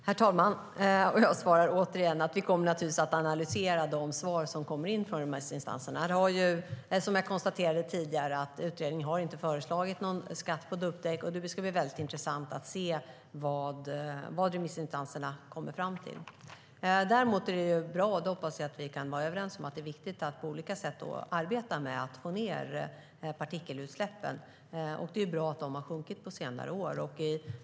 Herr talman! Jag svarar återigen att vi naturligtvis kommer att analysera de svar som kommer in från remissinstanserna. Som jag konstaterade tidigare har utredningen inte föreslagit en skatt på dubbdäck, och det ska bli väldigt intressant att se vad remissinstanserna kommer fram till. Däremot är det bra och viktigt - det hoppas jag att vi kan vara överens om - att på olika sätt arbeta för att få ned partikelutsläppen. Det är bra att de har sjunkit på senare år.